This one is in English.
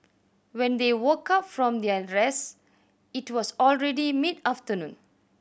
when they woke up from their rest it was already mid afternoon